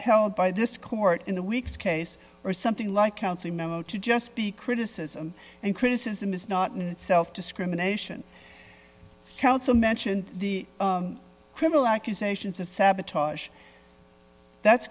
held by this court in the weeks case or something like counseling memo to just be criticism and criticism is not in itself discrimination counsel mentioned the criminal accusations of sabotage that's